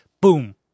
boom